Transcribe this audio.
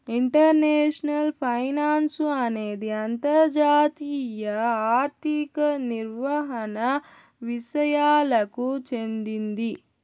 international finance అనేది అంతర్జాతీయ ఆర్థిక నిర్వహణ విసయాలకు చెందింది